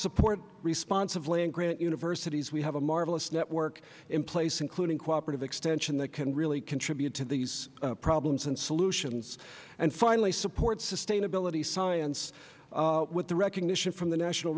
support responsive land grant universities we have a marvelous network in place including cooperative extension that can really contribute to these problems and solutions and finally support sustainability science with the recognition from the national